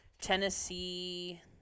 Tennessee